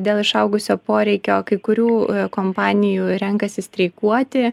dėl išaugusio poreikio kai kurių kompanijų renkasi streikuoti